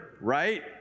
right